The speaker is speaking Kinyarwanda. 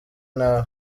nabi